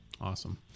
awesome